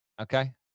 Okay